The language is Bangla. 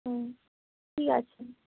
ঠিক আছে